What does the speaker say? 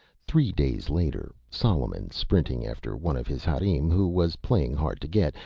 three days later, solomon, sprinting after one of his harem who was playing hard to get,